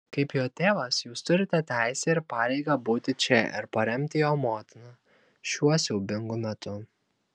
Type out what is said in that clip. kaip jo tėvas jūs turite teisę ir pareigą būti čia ir paremti jo motiną šiuo siaubingu metu